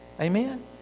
Amen